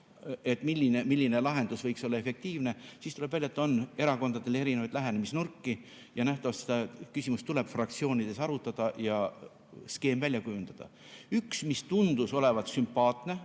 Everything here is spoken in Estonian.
milline lahendus võiks olla efektiivne, siis on välja tulnud, et erakondadel on erinevaid lähenemisnurki. Nähtavasti seda küsimust tuleb fraktsioonides arutada ja skeem välja kujundada. Üks [mõte] tundus olevat sümpaatne,